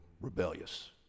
rebellious